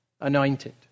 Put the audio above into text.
Anointed